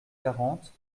quarante